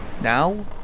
Now